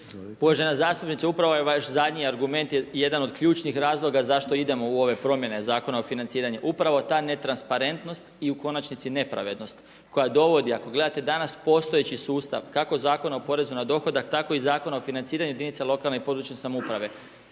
Uvažena zastupnice upravo vaš zadnji argument je jedan od ključnih razloga zašto idemo u ove promjene Zakona o financiranju, upravo ta netransparentnost i u konačnici nepravednost koja dovodi, ako gledate danas postojeći sustav kako Zakona o porezu na dohodak, tako i Zakona o financiranju jedinica lokalne i područne samouprave.